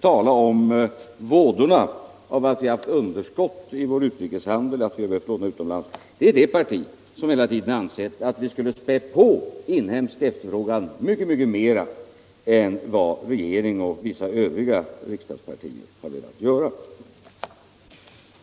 tala om vådorna av att vi haft underskott i vår utrikeshandel och behövt låna utomlands är det parti som hela tiden ansett att vi skulle spä på inhemsk efterfrågan mycket mer än regering och vissa övriga riksdagspartier velat göra.